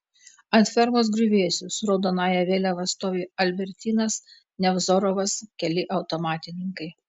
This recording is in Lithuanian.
ant fermos griuvėsių su raudonąja vėliava stovi albertynas nevzorovas keli automatininkai